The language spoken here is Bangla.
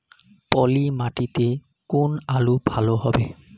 পলি মাটিতে কোন আলু ভালো হবে?